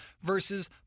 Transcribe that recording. versus